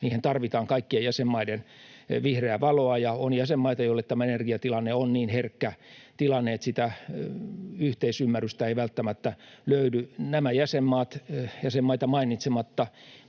Niihin tarvitaan kaikkien jäsenmaiden vihreää valoa, ja on jäsenmaita, joille tämä energiatilanne on niin herkkä tilanne, että sitä yhteisymmärrystä ei välttämättä löydy. Nämä jäsenmaat — jäsenmaita